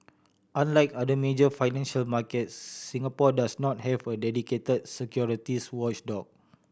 unlike other major financial markets Singapore does not have a dedicated securities watchdog